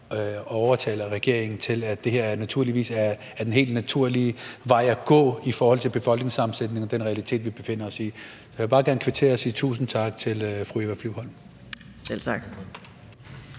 at overtale regeringen til, at det her naturligvis er den helt naturlige vej at gå i forhold til befolkningssammensætningen og den realitet, vi befinder os i. Så jeg vil bare gerne kvittere og sige tusind tak til fru Eva Flyvholm. (Eva